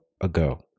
ago